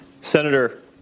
Senator